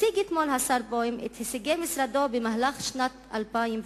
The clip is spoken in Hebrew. הציג אתמול השר בוים את הישגי משרדו במהלך שנת 2008,